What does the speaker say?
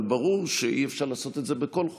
אבל ברור שאי-אפשר לעשות את זה בכל חוק,